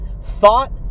thought